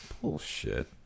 bullshit